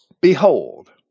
Behold